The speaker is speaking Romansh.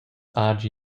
hagi